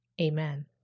Amen